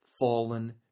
fallen